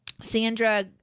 Sandra